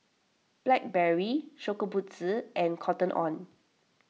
Blackberry Shokubutsu and Cotton on